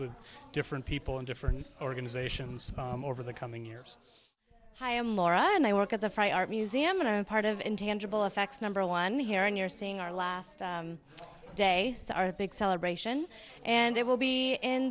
with different people in different organizations over the coming years hi i'm laura and i work at the fry art museum in a part of intangible effects number one here and you're seeing our last day of big celebration and it will be in